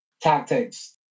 tactics